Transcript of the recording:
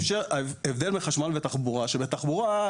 שבתחבורה,